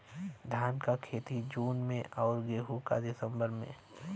धान क खेती जून में अउर गेहूँ क दिसंबर में?